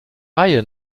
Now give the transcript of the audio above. reihe